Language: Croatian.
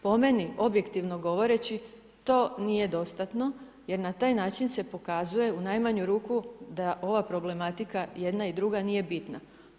Po meni objektivno govoreći to nije dostatno jer na taj način se pokazuje u najmanju ruku da ova problematika jedna i druga nije bitna.